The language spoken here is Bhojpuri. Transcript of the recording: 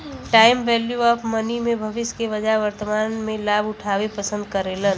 टाइम वैल्यू ऑफ़ मनी में भविष्य के बजाय वर्तमान में लाभ उठावे पसंद करेलन